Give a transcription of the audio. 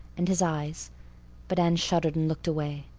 and his eyes but anne shuddered and looked away.